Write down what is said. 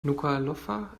nukuʻalofa